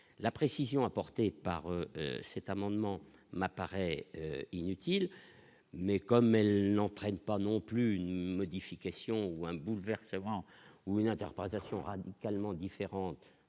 la précision apportée par cet amendement m'apparaît inutile mais comme elle n'entraîne pas non plus une modification ou un bouleversement ou une interprétation radicalement différent